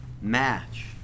match